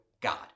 God